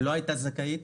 לא הייתה זכאית,